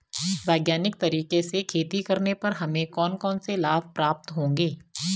वैज्ञानिक तरीके से खेती करने पर हमें कौन कौन से लाभ प्राप्त होंगे?